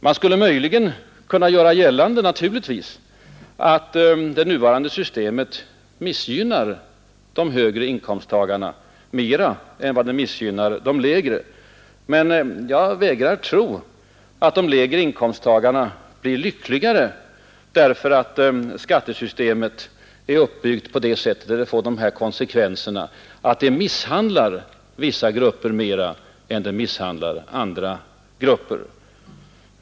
Man skulle möjligen kunna göra gällande att det nuvarande systemet missgynnar de högre inkomsttagarna mer än vad det missgynnar de lägre, men jag vägrar att tro att de lägre inkomsttagarna blir lyckligare därför att skattesystemet genom sin uppbyggnad får sådana konsekvenser att det misshandlar vissa grupper mer än andra grupper.